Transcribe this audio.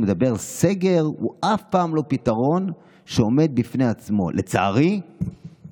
הוא אומר שסגר הוא אף פעם לא פתרון שעומד בפני עצמו: לצערי הממשלה